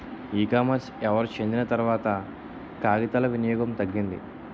ఈ కామర్స్ ఎవరు చెందిన తర్వాత కాగితాల వినియోగం తగ్గింది